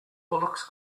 looks